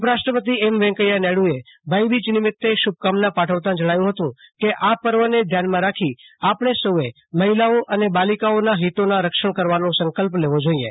ઉપરાષ્ટ્રપતિ એમ વેંકૈયા નાયડુએ ભાઈબીજ નિમિતે શુભકામના પાઠવતા જણાવ્યુ હતું કે આ પર્વને ધ્યાનમાં રાખી આપણે સૌએ મહિલાઓ અને બાલિકાઓના હિતોના રક્ષણ કરવાનું સંકલ્પ લેવો જોઈએ